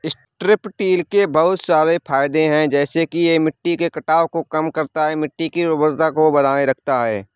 strip till के बहुत सारे फायदे हैं जैसे कि यह मिट्टी के कटाव को कम करता है, मिट्टी की उर्वरता को बनाए रखता है